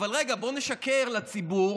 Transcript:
אבל רגע, בוא נשקר לציבור